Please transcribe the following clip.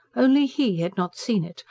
only he had not seen it,